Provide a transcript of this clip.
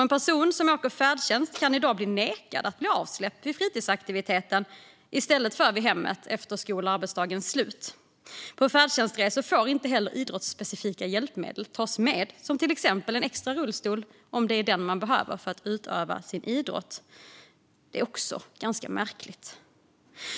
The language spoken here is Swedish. En person som åker färdtjänst kan i dag bli nekad att bli avsläppt vid fritidsaktiviteten i stället för vid hemmet efter skol eller arbetsdagens slut. På färdtjänstresor får inte heller idrottsspecifika hjälpmedel tas med, som till exempel en extra rullstol, om det är den man behöver för att utöva sin idrott. Det är ganska märkligt.